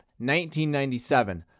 1997